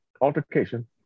altercation